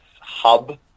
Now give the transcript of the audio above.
hub